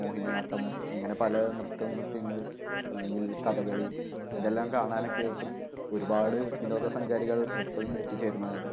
മോഹിനിയാട്ടം അങ്ങനെ പല നൃത്ത നൃത്ത്യങ്ങൾ അല്ലെങ്കിൽ കഥകളി ഇതെല്ലാം കാണാനൊക്കെ ആയിട്ടും ഒരുപാട് വിനോദസഞ്ചാരികൾ എപ്പോഴും എത്തിച്ചേരുന്നതാണ്